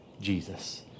Jesus